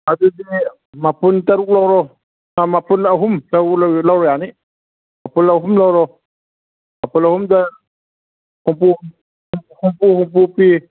ꯑꯗꯨꯗꯤ ꯃꯄꯨꯟ ꯇꯔꯨꯛ ꯂꯧꯔꯣ ꯃꯄꯨꯟ ꯑꯍꯨꯝ ꯂꯧꯔ ꯌꯥꯅꯤ ꯃꯄꯨꯟ ꯑꯍꯨꯝ ꯂꯧꯔꯣ ꯃꯄꯨꯟ ꯑꯍꯨꯝꯗ ꯍꯨꯝꯐꯨ ꯍꯨꯝꯐꯨ ꯍꯨꯝꯐꯨ ꯄꯤ